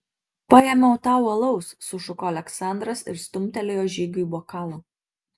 paėmiau tau alaus sušuko aleksandras ir stumtelėjo žygiui bokalą